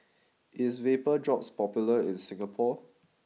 is VapoDrops popular in Singapore